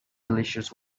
delicious